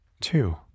Two